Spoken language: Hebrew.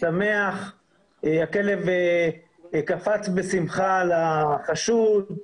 שמח וקפץ בשמחה על החשוד.